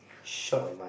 short